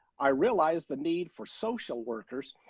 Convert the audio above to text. i realize the need for social workers,